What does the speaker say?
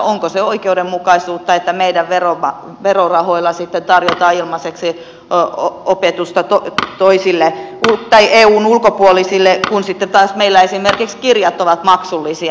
onko se oikeudenmukaisuutta että meidän verorahoillamme sitten tarjotaan ilmaiseksi opetusta eun ulkopuolisille kun sitten taas meillä esimerkiksi kirjat ovat maksullisia